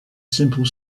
simple